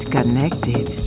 Connected